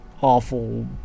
awful